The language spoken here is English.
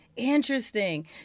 Interesting